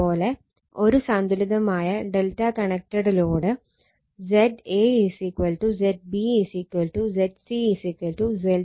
അത് പോലെ ഒരു സന്തുലിതമായ ∆ connected load Z a Z b Zc ZΔ